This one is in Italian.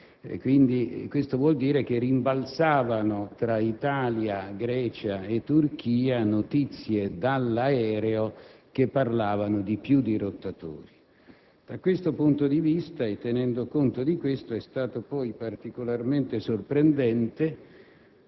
di noi. Ciò significa che rimbalzavano tra Italia, Grecia e Turchia notizie dall'aereo che parlavano di più dirottatori. Da questo punto di vista e tenendo conto di questo, è stato poi particolarmente sorprendente